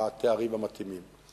התארים המתאימים.